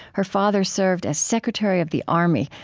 her father served as secretary of the army,